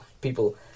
People